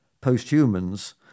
post-humans